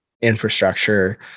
infrastructure